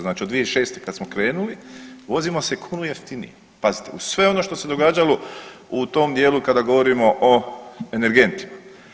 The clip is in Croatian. Znači od 2006. kad smo krenuli vozimo se kunu jeftinije, pazite uz sve ono što se događalo u tom dijelu kada govorimo o energentima.